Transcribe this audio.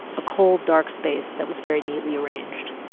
a cold, dark space that was very neatly arranged.